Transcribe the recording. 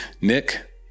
Nick